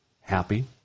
happy